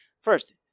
First